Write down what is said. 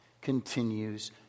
continues